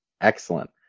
Excellent